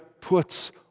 puts